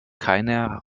keiner